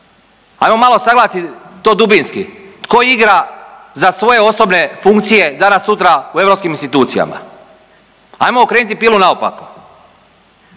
ajmo malo sagledati to dubinski, tko igra za svoje osobne funkcije danas sutra u europskim institucijama, ajmo okrenuti pilu naopako.